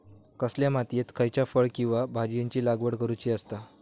कसल्या मातीयेत खयच्या फळ किंवा भाजीयेंची लागवड करुची असता?